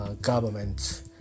government